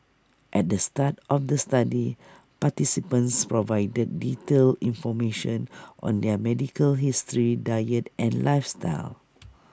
at the start of the study participants provided detailed information on their medical history diet and lifestyle